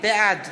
בעד